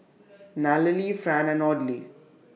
Nallely Fran and Audley